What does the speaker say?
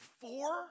four